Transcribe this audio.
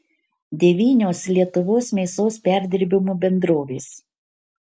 devynios lietuvos mėsos perdirbimo bendrovės